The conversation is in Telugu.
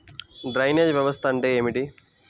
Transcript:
డ్రైనేజ్ వ్యవస్థ అంటే ఏమిటి?